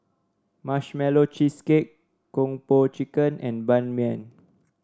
Marshmallow Cheesecake Kung Po Chicken and Ban Mian